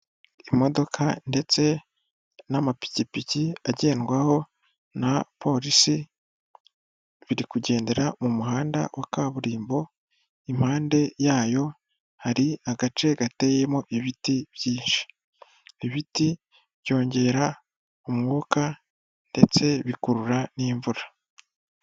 Imodoka ndetse n'amapikipiki agendwaho na polisi birikugendera mu muhanda wa kaburimbo, impande yayo hari agace gateyemo ibiti byinshi ibiti byongera umwuka ndetse bikurura n'imvura.